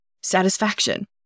satisfaction